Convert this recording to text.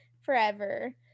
forever